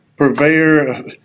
purveyor